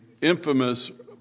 infamous